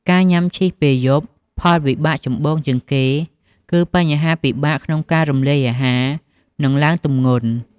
ការញុំាឈីសពេលយប់ផលវិបាកចម្បងជាងគេ គឺបញ្ហាពិបាកក្នុងការរំលាយអាហារ និងឡើងទម្ងន់។